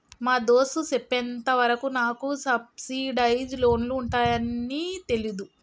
మా దోస్త్ సెప్పెంత వరకు నాకు సబ్సిడైజ్ లోన్లు ఉంటాయాన్ని తెలీదు